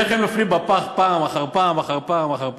איך הם נופלים בפח פעם אחר פעם אחר פעם אחר פעם.